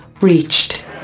reached